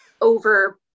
over